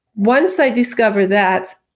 once i discover that,